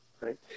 right